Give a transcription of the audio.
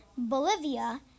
Bolivia